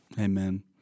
Amen